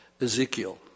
Ezekiel